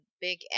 big